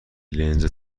لنز